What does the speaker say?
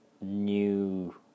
new